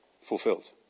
fulfilled